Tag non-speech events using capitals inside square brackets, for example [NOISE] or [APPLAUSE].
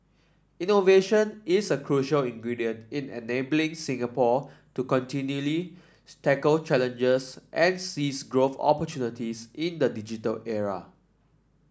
innovation is a crucial ingredient in enabling Singapore to continually [UNINTELLIGIBLE] tackle challenges and seize growth opportunities in the digital era